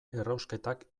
errausketak